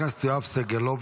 חבר הכנסת יואב סגלוביץ',